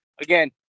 Again